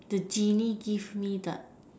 the genie give me the